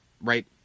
right